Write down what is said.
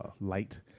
light